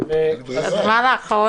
הלאה.